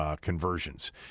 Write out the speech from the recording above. conversions